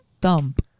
thump